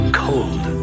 cold